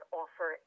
offer